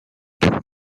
donc